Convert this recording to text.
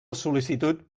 sol·licitud